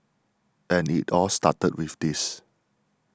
and it all started with this